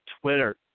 Twitter